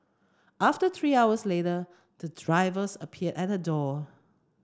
after three hours later the drivers appeared at her door